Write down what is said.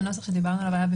אבל זה